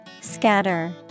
Scatter